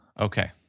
Okay